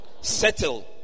settle